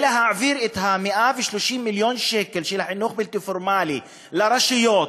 להעביר 130 מיליון שקל של החינוך הבלתי-פורמלי לרשויות,